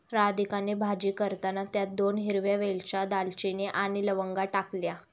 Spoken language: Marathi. राधिकाने भाजी करताना त्यात दोन हिरव्या वेलच्या, दालचिनी आणि लवंगा टाकल्या